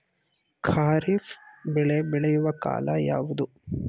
ಖಾರಿಫ್ ಬೆಳೆ ಬೆಳೆಯುವ ಕಾಲ ಯಾವುದು?